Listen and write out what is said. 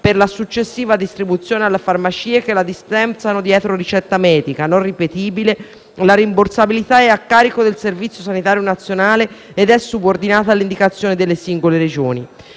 per la successiva distribuzione alle farmacie, che le dispensano dietro ricetta medica non ripetibile, la rimborsabilità è a carico del Servizio sanitario nazionale ed è subordinata alle indicazioni delle singole Regioni;